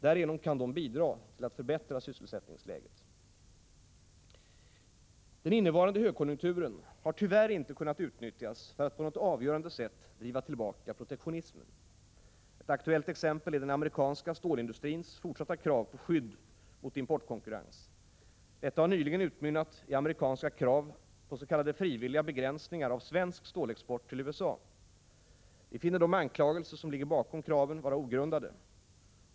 Därigenom kan de bidra till att förbättra sysselsättningsläget. Den innevarande högkonjunkturen har tyvärr inte kunnat utnyttjas för att på något avgörande sätt driva tillbaka protektionismen. Ett aktuellt exempel är den amerikanska stålindustrins fortsatta krav på skydd mot importkonkurrens. Det har nyligen utmynnat i amerikanska krav på s.k. frivilliga begränsningar av svensk stålexport till USA. Vi finner de anklagelser som ligger bakom kraven vara ogrundade.